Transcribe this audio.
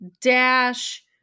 dash